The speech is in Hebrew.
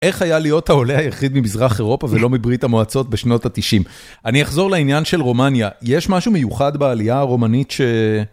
איך היה להיות העולה היחיד ממזרח אירופה ולא מברית המועצות בשנות התשעים. אני אחזור לעניין של רומניה, יש משהו מיוחד בעלייה הרומנית ש...